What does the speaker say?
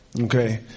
Okay